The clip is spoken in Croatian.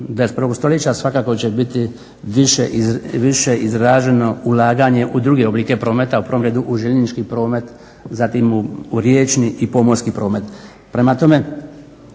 21. stoljeća svakako će biti više izraženo ulaganje u druge oblike prometa, u prvom redu u željeznički promet, zatim u riječni i pomorski promet.